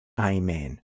Amen